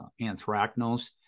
anthracnose